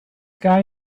guy